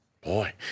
Boy